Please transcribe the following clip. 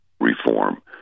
reform